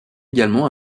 également